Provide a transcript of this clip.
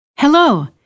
Hello